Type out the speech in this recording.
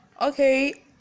okay